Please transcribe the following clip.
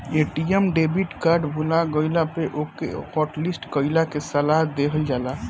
ATM debit card भूला गईला पे ओके हॉटलिस्ट कईला के सलाह देहल जाला